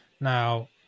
Now